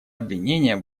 обвинения